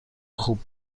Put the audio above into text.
خوب